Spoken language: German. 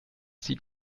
sieht